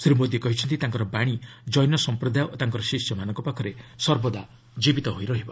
ଶ୍ରୀ ମୋଦି କହିଛନ୍ତି ତାଙ୍କର ବାଣୀ ଜୈନ ସଂପ୍ରଦାୟ ଓ ତାଙ୍କ ଶିଷ୍ୟମାନଙ୍କ ପାଖରେ ସର୍ବଦା ଜୀବିତ ରହିବ